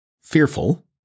fearful